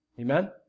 Amen